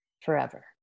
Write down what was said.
forever